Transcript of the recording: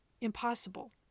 impossible